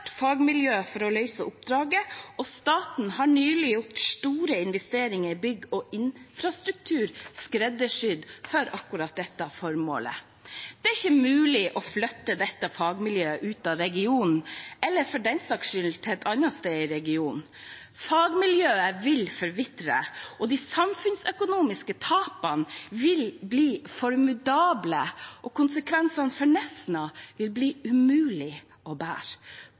fagmiljø for å løse oppdraget, og staten har nylig gjort store investeringer i bygg og infrastruktur skreddersydd for akkurat dette formålet. Det er ikke mulig å flytte dette fagmiljøet ut av regionen eller for den saks skyld til et annet sted i regionen. Fagmiljøet vil forvitre, og de samfunnsøkonomiske tapene vil bli formidable. Konsekvensene for Nesna vil bli umulige å bære, både for kommunen og